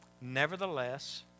Nevertheless